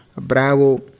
bravo